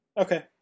Okay